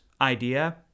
idea